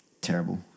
terrible